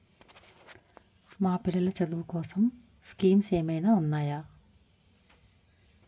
మా పిల్లలు చదువు కోసం స్కీమ్స్ ఏమైనా ఉన్నాయా?